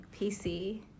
pc